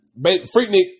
Freaknik